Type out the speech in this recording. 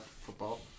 football